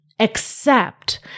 Accept